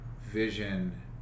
vision